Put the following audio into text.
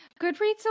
goodreads